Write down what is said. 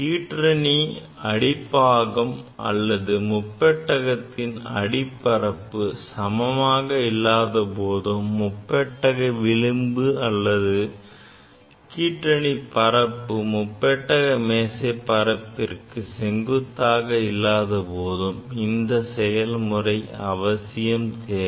கீற்றணி அடிப்பாகம் அல்லது முப்பட்டகத்தின் அடிபரப்பு சமமாக இல்லாதபோதும் முப்பட்டக விளிம்பு அல்லது கீற்றணி பரப்பு முப்பட்டக மேசையின் பரப்பிற்கு செங்குத்தாக இல்லாத போதும் இந்த செயல்முறை அவசியம் தேவை